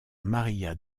maría